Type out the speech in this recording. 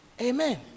Amen